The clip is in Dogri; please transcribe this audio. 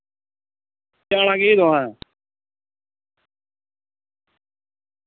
पाना की तुसें